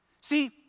See